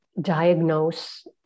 diagnose